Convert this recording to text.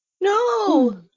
No